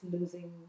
losing